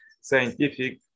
scientific